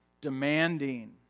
demanding